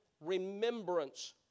remembrance